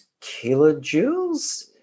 kilojoules